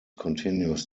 continues